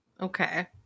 okay